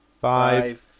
Five